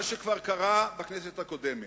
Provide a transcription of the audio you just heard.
מה שכבר קרה בכנסת הקודמת,